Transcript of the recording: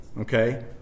Okay